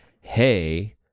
hey